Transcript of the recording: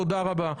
תודה רבה.